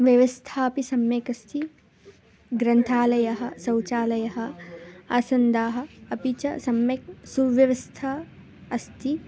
व्यवस्थापि सम्यक् अस्ति ग्रन्थालयः शौचालयः आसन्दाः अपि च सम्यक् सुव्यवस्था अस्ति